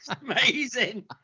amazing